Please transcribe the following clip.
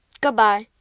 Goodbye